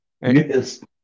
Yes